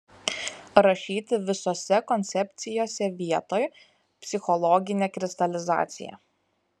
rašyti visose koncepcijose vietoj psichologinė kristalizacija